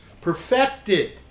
perfected